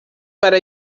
para